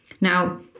Now